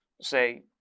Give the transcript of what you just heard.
say